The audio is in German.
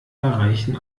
erreichen